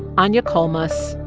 anja kollmuss,